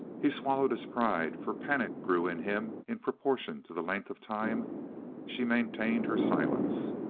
he swallowed his pride, for panic grew in him in proportion to the length of time she maintained her silence.